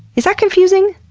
is that confusing?